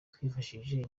twifashishije